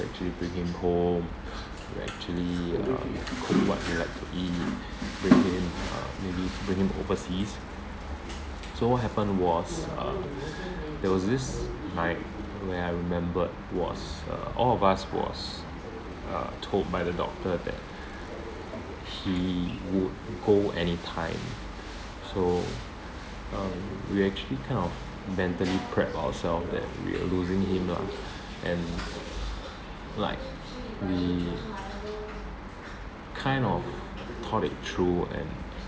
to actually bring him home to actually uh cook what he like to eat bring him uh maybe bring him overseas so what happened was uh there was this night when I remembered was uh all of us was uh told by the doctor that he would go anytime so uh we actually kind of mentally prepped ourselves that we were losing him lah and like we kind of thought it through and